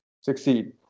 succeed